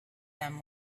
them